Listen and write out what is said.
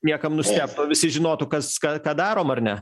niekam nustebt visi žinotų kas ką ką darom ar ne